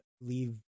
leave